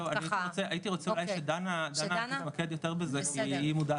הייתי רוצה אולי שדנה תתמקד יותר בזה כי היא מודעת.